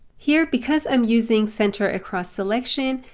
here because i'm using center across selection,